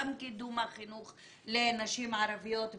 גם קידום החינוך לנשים ערביות בדואיות,